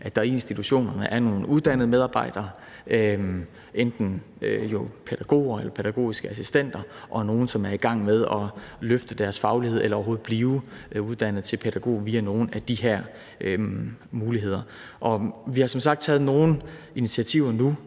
at der i institutionerne er nogle uddannede medarbejdere, jo enten pædagoger eller pædagogiske assistenter, og nogle, som er i gang med at løfte deres faglighed eller i det hele taget at blive uddannet til pædagog via nogle af de her muligheder. Vi har som sagt taget nogle initiativer nu.